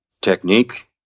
Technique